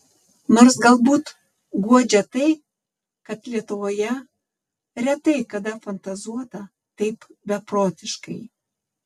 nors galbūt guodžia tai kad lietuvoje retai kada fantazuota taip beprotiškai